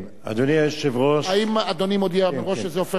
האם אדוני מודיע מראש שזה הופך להצעה לסדר-היום?